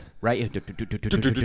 Right